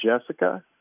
Jessica